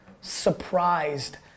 surprised